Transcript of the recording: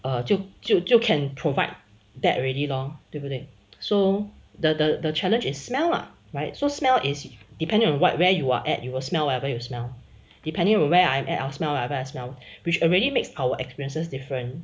err 就就就 can provide that already lor 对不对 so the the challenge is smell lah right so smell is depending on what where you are at it will smell whatever you smell depending on where I'm at I will smell whatever I smell mah so already makes our experiences different